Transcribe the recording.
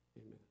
Amen